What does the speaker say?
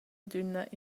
adüna